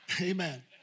Amen